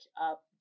up